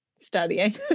studying